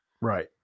Right